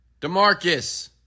DeMarcus